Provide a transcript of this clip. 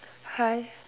hi